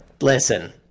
Listen